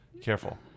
Careful